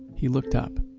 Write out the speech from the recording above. he looked up